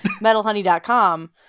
metalhoney.com